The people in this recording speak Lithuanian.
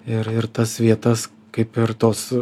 ir ir tas vietas kaip ir tos